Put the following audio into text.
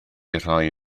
rhoi